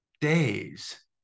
days